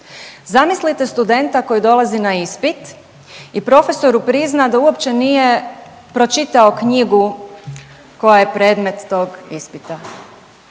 Zamislite studenta koji dolaze na ispit i profesoru prizna da uopće nije pročitao knjigu koja je predmet tog ispita.